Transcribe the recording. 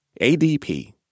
ADP